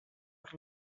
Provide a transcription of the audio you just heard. per